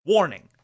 Warning